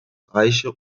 reiche